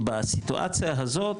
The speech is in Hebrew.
בסיטואציה הזאת